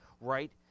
right